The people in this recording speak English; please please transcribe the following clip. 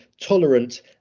tolerant